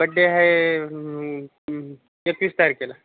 birthday आहे एकतीस तारखेला